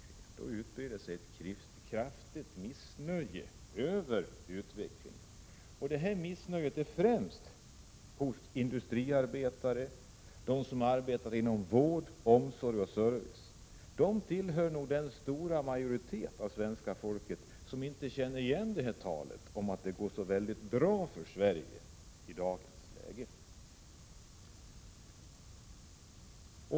Då utbreder sig ett kraftigt missnöje över utvecklingen, främst hos industriarbetare och dem som arbetar inom vård, omsorg och service. De tillhör nog den stora majoritet av svenska folket som inte känner igen talet om att det går så bra för Sverige i dag.